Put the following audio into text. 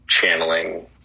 channeling